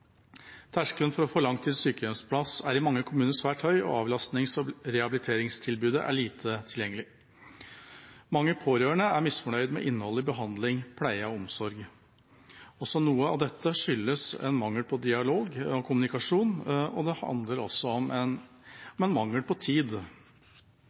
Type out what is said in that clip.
Terskelen for å få langtids sykehjemsplass er i mange kommuner svært høy, og avlastnings- og rehabiliteringstilbudet er lite tilgjengelig. Mange pårørende er misfornøyd med innholdet i behandling, pleie og omsorg. Også noe av dette skyldes en mangel på dialog og kommunikasjon, men det handler også om en mangel på tid. Venstre deler regjeringas bekymring for at vi har en mangel på